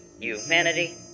humanity